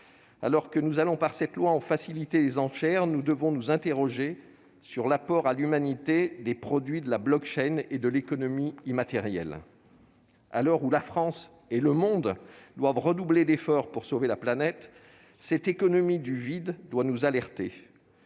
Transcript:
Alors que nous allons par cette proposition de loi en faciliter les enchères, nous devons nous interroger sur l'apport à l'humanité des produits de la et de l'économie immatérielle. À l'heure où la France et le monde doivent redoubler d'efforts pour sauver la planète, cette économie du vide doit nous alerter.